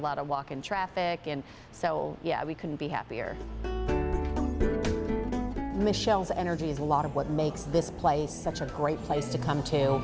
lot of walk in traffic and so yeah we couldn't be happier michel's energy is a lot of what makes this place such a great place to come